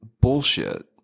bullshit